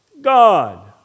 God